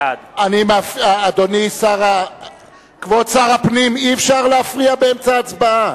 בעד כבוד שר הפנים, אי-אפשר להפריע באמצע ההצבעה.